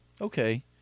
Okay